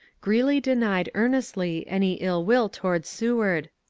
greeley denied earnestly any ill will toward seward,